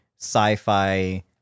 sci-fi